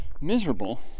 miserable